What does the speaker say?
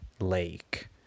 lake